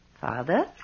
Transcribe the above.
Father